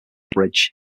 bridge